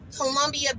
Columbia